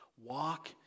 walk